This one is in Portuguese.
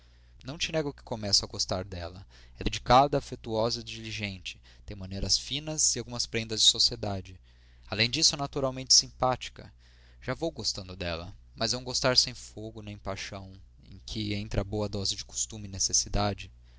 não te nego que começo a gostar dela é dedicada afetuosa diligente tem maneiras finas e algumas prendas de sociedade além disso é naturalmente simpática já vou gostando dela mas é um gostar sem fogo nem paixão em que entra boa dose de costume e necessidade